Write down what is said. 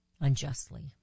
unjustly